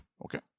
Okay